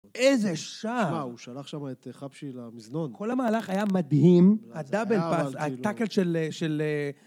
איזה שער! שמע, הוא שלח שם את חפשי למזנון. כל המהלך היה מדהים, הדאבל פאס, הטאקל של...